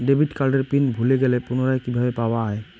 Debit কার্ডের PIN ভুলে গেলে পুনরায় কিভাবে পাওয়া য়ায়?